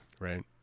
right